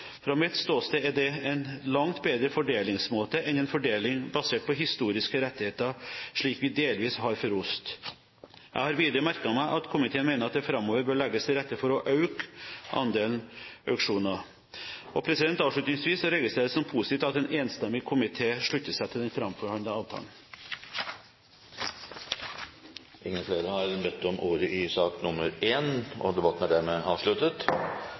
Fra mitt ståsted er det en langt bedre fordelingsmåte enn en fordeling basert på historiske rettigheter, slik vi delvis har for ost. Jeg har videre merket meg at komiteen mener at det framover bør legges til rette for å øke andelen auksjoner. Avslutningsvis: Jeg registrerer som positivt at en enstemmig komité slutter seg til den framforhandlede avtalen. Flere har ikke bedt om ordet til sak nr. 1. Ingen har bedt om ordet.